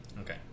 okay